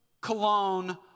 cologne